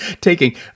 taking